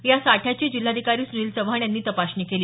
या साठ्याची जिल्हाधिकारी सुनील चव्हाण यांनी तपासणी केली